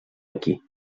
aquí